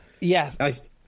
Yes